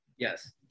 yes